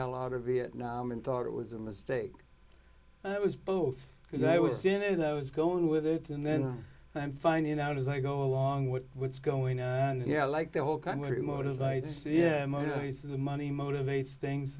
hell out of vietnam and thought it was a mistake it was both because i was in it i was going with it and then i'm finding out as i go along with what's going on here like the whole country motivated the money motivates things